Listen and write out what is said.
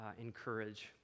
encourage